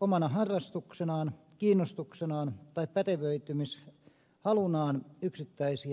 omana harrastuksenaan kiinnostuksenaan tai pätevöitymishalunaan yksittäisiä arvosanoja